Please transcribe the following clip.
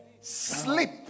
sleep